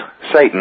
Satan